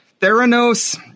Theranos